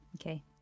Okay